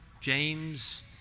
James